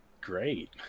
great